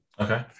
Okay